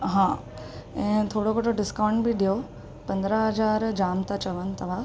हा ऐं थोरो घणो डिस्काउंट बि ॾियो पंद्रहं हज़ार जाम था चयो तव्हां